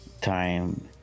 time